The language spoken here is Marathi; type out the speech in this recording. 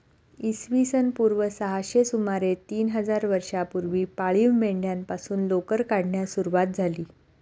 इसवी सन पूर्व सहाशे सुमारे तीन हजार वर्षांपूर्वी पाळीव मेंढ्यांपासून लोकर काढण्यास सुरवात झाली